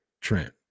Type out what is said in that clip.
Trent